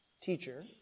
Teacher